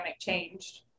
changed